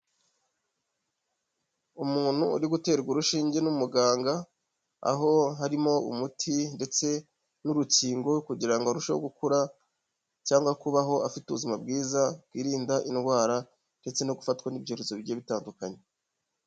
Umuntu uri guterwa urushinge n'umuganga, aho harimo umuti ndetse n'urukingo kugira ngo arusheho gukura cyangwa kubaho afite ubuzima bwiza bwirinda indwara ndetse no gufatwa n'ibyerezo bigiye bitandukanye.